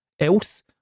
Else